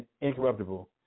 incorruptible